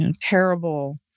terrible